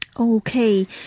Okay